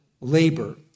labor